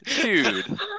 dude